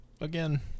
again